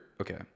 okay